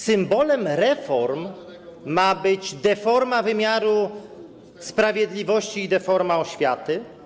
Czy symbolem reform ma być deforma wymiaru sprawiedliwości i deforma oświaty?